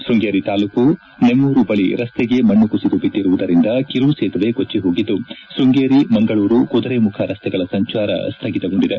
ಶೃಂಗೇರಿ ತಾಲೂಕು ನೆಮ್ಮೂರು ಬಳಿ ರಸ್ತೆಗೆ ಮಣ್ಣು ಕುಸಿದು ಬಿದ್ದಿರುವುದರಿಂದ ಕಿರು ಸೇತುವೆ ಕೊಟ್ಟ ಹೋಗಿದ್ದು ಶ್ವಂಗೇರಿ ಮಂಗಳೂರು ಕುದುರೇಮುಖ ರಸ್ತೆಗಳ ಸಂಚಾರ ಸ್ವಗಿತಗೊಂಡಿದೆ